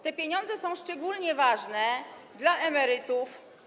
Te pieniądze są szczególnie ważne dla emerytów.